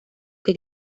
que